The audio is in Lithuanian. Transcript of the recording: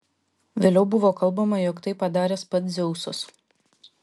vėliau buvo kalbama jog tai padaręs pats dzeusas